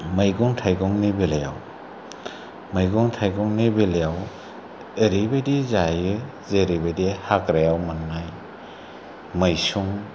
मैगं थाइगंनि बेलायाव मैगं थाइगंनि बेलायाव ओरैबायदि जायो जेरैबायदि हाग्रायाव मोननाय मैसुं